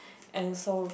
and so